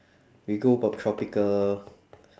we go poptropica